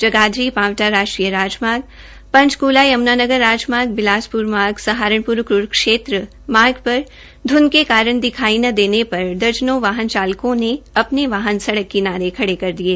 जगाधरी पांवटा राष्ट्रीय राजमार्ग पंचक्ला यम्नानगर राजमार्ग बिलासपुर मार्ग सहारनपुर क्रूक्षेत्र पर धुंध के कारण दिखाई न देने पर दर्जनों वाहन चालकों ने अपने वाहन सड़क किनारे खड़े कर दिये